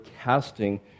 casting